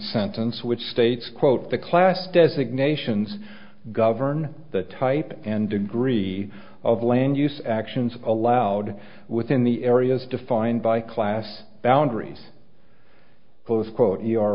sentence which states quote the class designations govern the type and degree of land use actions allowed within the areas defined by class boundaries close quote you